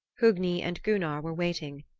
hogni and gunnar were waiting,